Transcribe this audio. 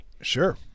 sure